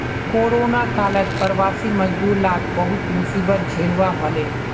corona कालत प्रवासी मजदूर लाक बहुत मुसीबत झेलवा हले